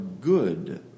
good